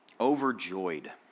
overjoyed